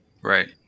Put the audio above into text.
Right